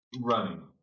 running